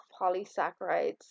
polysaccharides